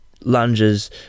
lunges